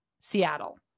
Seattle